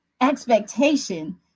expectation